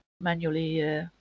manually